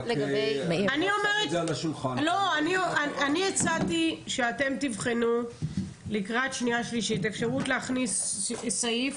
אני הצעתי שאתם תבחנו לקראת קריאה שנייה ושלישית אפשרות להכניס סעיף